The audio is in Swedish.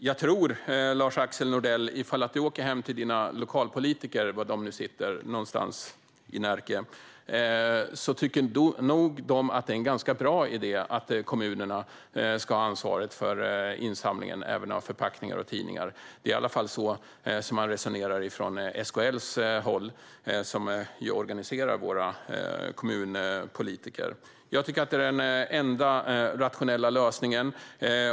Jag tror, Lars-Axel Nordell, att dina lokalpolitiker, var i Närke de nu sitter någonstans, tycker att det är en ganska bra idé att kommunerna ska ha ansvaret för insamling även av förpackningar och tidningar. Det är i alla fall så man resonerar från SKL:s håll, som organiserar våra kommunpolitiker. Jag tycker att det är den enda rationella lösningen.